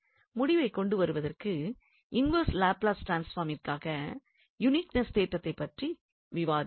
முடிவைக் கொண்டுவருவதற்கு inverse Laplace ட்ரான்ஸ்பார்மிற்காக யுனிக்நெஸ் தேற்றம் பற்றி விவாதித்தோம்